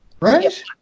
right